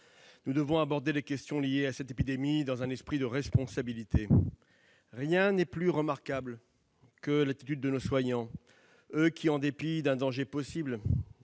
nous devons aborder les questions liées à cette épidémie dans un esprit de responsabilité. Rien n'est plus remarquable que l'attitude de nos soignants qui, en dépit d'un danger possible,